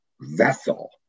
vessel